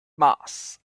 mass